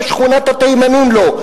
ושכונת התימנים לא?